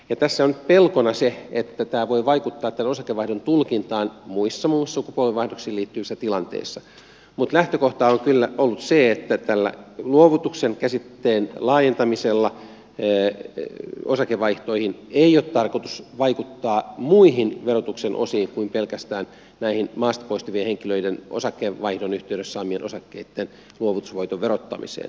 nyt pelkona on se että tämä voi vaikuttaa osakevaihdon tulkintaan muissa muun muassa sukupolvenvaihdoksiin liittyvissä tilanteissa mutta lähtökohta on kyllä ollut se että luovutuksen käsitteen laajentamisella osakevaihtoihin ei ole tarkoitus vaikuttaa muihin verotuksen osiin kuin pelkästään maasta poistuvien henkilöiden osakkeenvaihdon yhteydessä saamien osakkeitten luovutusvoiton verottamiseen